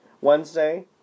Wednesday